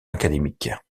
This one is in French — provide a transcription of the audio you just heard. académique